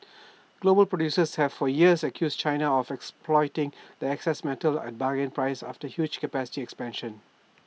global producers have for years accused China of exporting its excess metal at bargain prices after huge capacity expansions